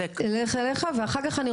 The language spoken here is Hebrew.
הם אנשים שאפשר